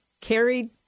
carried